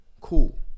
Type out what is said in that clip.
cool